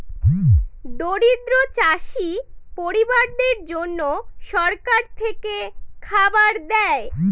দরিদ্র চাষী পরিবারদের জন্যে সরকার থেকে খাবার দেয়